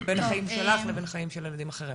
בין החיים שלך לבין החיים של ילדים אחרים?